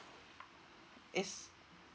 yes